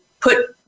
put